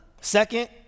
Second